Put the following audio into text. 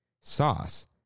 sauce